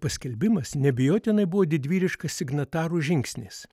paskelbimas neabejotinai buvo didvyriškas signatarų žingsnis